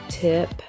tip